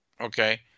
okay